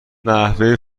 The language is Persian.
نحوه